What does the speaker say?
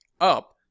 up